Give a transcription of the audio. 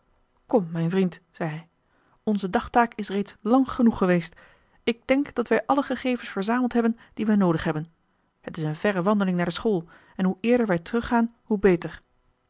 kom mijn vriend zei hij onze dagtaak is reeds lang genoeg geweest ik denk dat wij alle gegevens verzameld hebben die wij noodig hebben het is een verre wandeling naar de school en hoe eerder wij teruggaan hoe beter